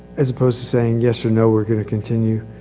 as opposed to saying yes or no, we're going to continue,